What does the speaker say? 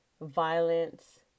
violence